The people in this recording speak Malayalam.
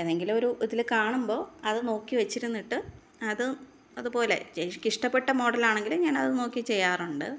ഏതെങ്കിലും ഒരിതിൽ കാണുമ്പോൾ അത് നോക്കി വെച്ചിരുന്നിട്ട് അത് അതുപോലെ ചേച്ചിക്ക് ഇഷ്ടപ്പെട്ട മോഡലാണെങ്കിൽ ഞാനത് നോക്കി ചെയ്യാറുണ്ട്